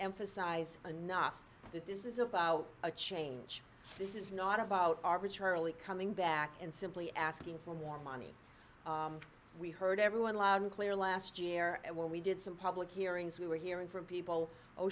emphasize enough that this is about a change this is not about arbitrarily coming back and simply asking for more money we heard everyone loud and clear last year and when we did some public hearings we were hearing from people oh